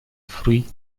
fruits